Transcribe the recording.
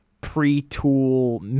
pre-tool